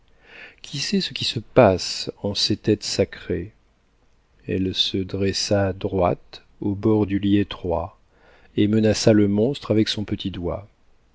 qui sait ce qui se passe en ces têtes sacrées elle se dressa droite au bord du lit étroit et menaça le monstre avec son petit doigt